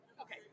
Okay